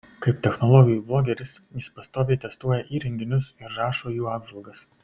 kaip technologijų blogeris jis pastoviai testuoja įrenginius ir rašo jų apžvalgas